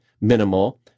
minimal